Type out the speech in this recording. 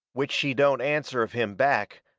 which she don't answer of him back,